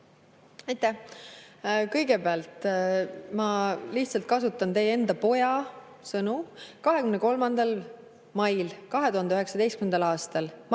Aitäh! Kõigepealt, ma lihtsalt kasutan teie enda poja sõnu 23. maist 2019. aastal.